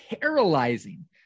paralyzing